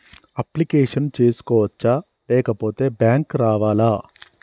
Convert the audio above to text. Application చేసుకోవచ్చా లేకపోతే bank రావాలా?